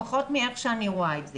לפחות איך שאני רואה את זה.